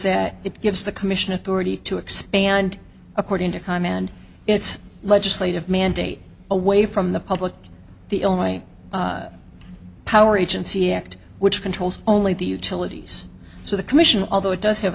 that it gives the commission authority to expand according to com and its legislative mandate away from the public the only power agency act which controls only the utilities so the commission although it does have